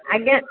ଆଜ୍ଞା